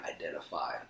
identify